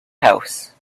house